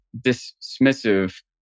dismissive